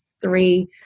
three